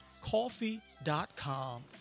coffee.com